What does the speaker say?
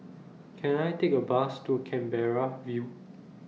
Can I Take A Bus to Canberra View